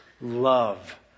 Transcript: love